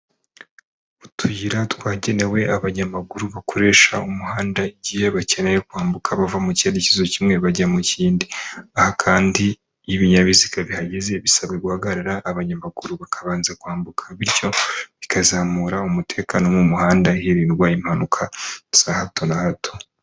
Utuyira twagenewe abanyamaguru bakoresha umuhanda igihe bakeneye kwambuka bava mu cyerekezo kimwe bajya mu kindi. Aha kandi iyo binyabiziga bihageze bisabwa guhagarara abanyamaguru bakabanza kwambuka, bityo bikazamura umutekano wo mu muhanda hirindwa impanuka za hato na hato.